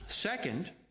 second